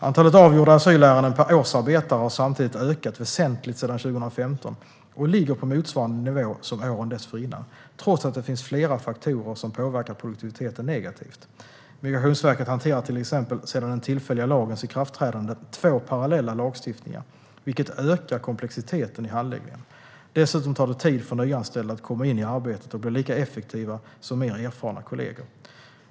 Antalet avgjorda asylärenden per årsarbetare har samtidigt ökat väsentligt sedan 2015 och ligger på motsvarande nivå som åren dessförinnan trots att det finns flera faktorer som påverkar produktiviteten negativt. Migrationsverket hanterar till exempel sedan den tillfälliga lagens ikraftträdande två parallella lagstiftningar, vilket ökar komplexiteten i handläggningen. Dessutom tar det tid för nyanställda att komma in i arbetet och bli lika effektiva som mer erfarna kollegor.